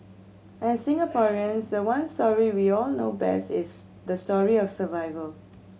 as Singaporeans the one story we all know best is the story of survival